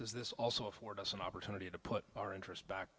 does this also afford us an opportunity to put our interest back